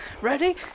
Ready